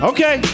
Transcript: Okay